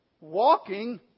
walking